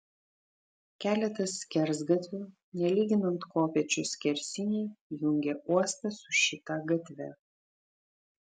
keletas skersgatvių nelyginant kopėčių skersiniai jungė uostą su šita gatve